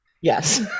Yes